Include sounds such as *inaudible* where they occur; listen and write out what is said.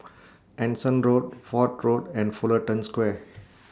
*noise* Anson Road Fort Road and Fullerton Square *noise*